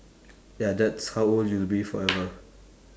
ya that's how old you'll be forever